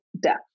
death